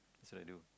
that's what I do